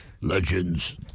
Legends